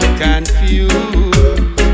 confused